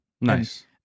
Nice